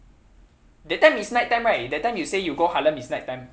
that time is night time right that time you say you go harlem is night time